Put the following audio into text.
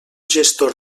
gestor